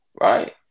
right